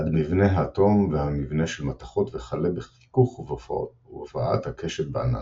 עד מבנה האטום והמבנה של מתכות וכלה בחיכוך ובהופעת הקשת בענן.